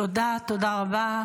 תודה, תודה רבה.